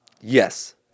Yes